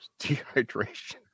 dehydration